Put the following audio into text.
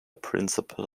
principal